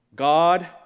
God